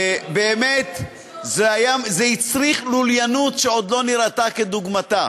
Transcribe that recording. באמת, זה הצריך לוליינות שעוד לא נראתה דוגמתה.